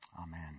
amen